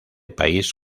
país